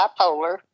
bipolar